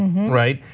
right?